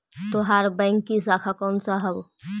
तोहार बैंक की शाखा कौन सा हवअ